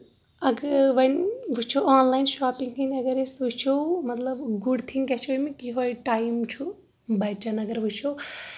اَگے وۄنۍ وٕچھو online shopping ہٕنٛدۍ اَگر أسۍ وٕچھو مطلب گُڈ تھنٛگ کیٚاہ چھُ اَمیُک یِہوے ٹایم چھُ بَچن اَگر وٕچھو